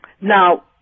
Now